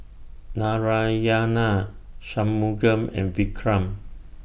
Shunmugam and Vikram